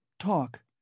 talk